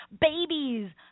babies